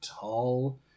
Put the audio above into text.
tall